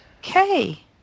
Okay